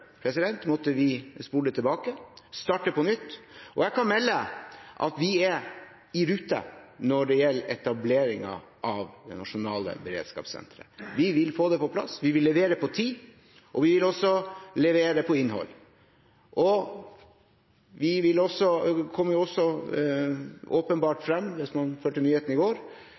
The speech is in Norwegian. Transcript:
måtte vi spole tilbake og starte på nytt. Jeg kan melde at vi er i rute når det gjelder etableringen av det nasjonale beredskapssenteret. Vi vil få det på plass, vi vil levere på tid, og vi vil også levere på innhold. Det kommer også klart frem, hvis man fulgte nyhetene i går,